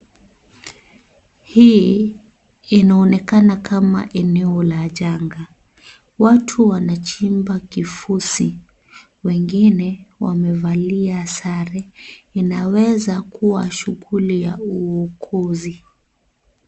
Hii inaonekana kama eneo la janga watu wanachimba kifusi wengine wamevalia sare inaweza kuwa shughuli ya uwokozi.